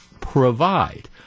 provide